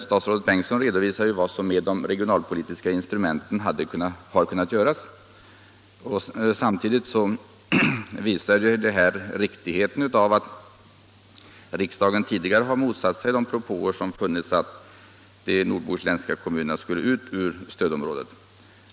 Statsrådet Bengtsson redovisar vad som kunnat göras med hjälp av de regionalpolitiska instrumenten. Det visar också riktigheten av att riksdagen tidigare har motsatt sig propåerna om att de bohuslänska kommunerna skulle föras ut ur stödområdet.